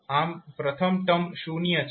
આમ પ્રથમ ટર્મ શૂન્ય છે